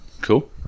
Cool